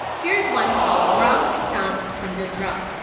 here's one called rum tum beat a drum.